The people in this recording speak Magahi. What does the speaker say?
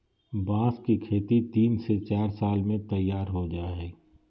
बांस की खेती तीन से चार साल में तैयार हो जाय हइ